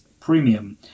premium